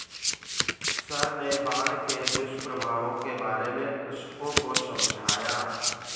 sir ने बाढ़ के दुष्प्रभावों के बारे में कृषकों को समझाया